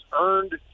earned